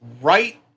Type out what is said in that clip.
right